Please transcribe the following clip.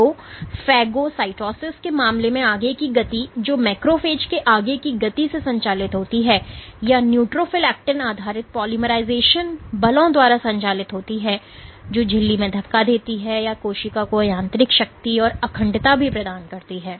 तो फ़ैगोसाइटोसिस के मामले में आगे की गति जो मैक्रोफेज के आगे की गति से संचालित होती है या न्यूट्रोफिल एक्टिन आधारित पोलीमराइज़ेशन बलों द्वारा संचालित होती है जो झिल्ली में धक्का देती है यह कोशिका को यांत्रिक शक्ति और अखंडता भी प्रदान करती है